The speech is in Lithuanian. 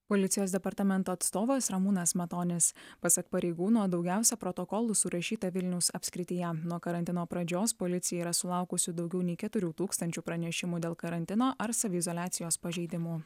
policijos departamento atstovas ramūnas matonis pasak pareigūno daugiausia protokolų surašyta vilniaus apskrityje nuo karantino pradžios policija yra sulaukusi daugiau nei keturių tūkstančių pranešimų dėl karantino ar saviizoliacijos pažeidimų